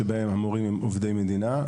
בהם המורים הם עובדי מדינה.